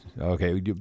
okay